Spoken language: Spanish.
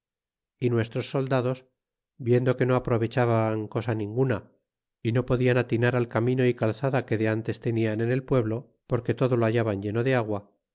y nuestros soldados viendo que no aprovechaban cosa ninguna y no podian atinar al camino y calzada que de ntes tenian en el pueblo porque todo lo hallaban lleno de agua